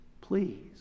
please